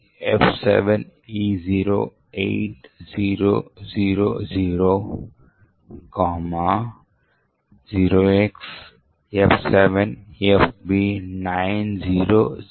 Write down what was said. కాబట్టి మనము దానిని తెరుస్తాము మరియు ఇక్కడ మనం చూసేది ఏమిటంటే ఈ ప్రత్యేకమైన పేలోడ్ జనరేటర్ 76 Aలను కలిగి ఉన్న ఒక Y స్రింగ్ ను ప్రింట్ చేస్తుంది ఇది బఫర్ను ఓవర్ ఫ్లో చేస్తుంది మరియు ఫ్రేమ్ పాయింటర్ను సవరించుకుంటుంది